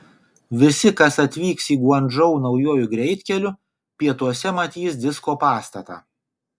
visi kas atvyks į guangdžou naujuoju greitkeliu pietuose matys disko pastatą